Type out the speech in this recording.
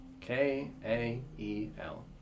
K-A-E-L